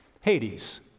Hades